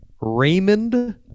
Raymond